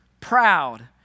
proud